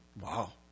Wow